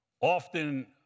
Often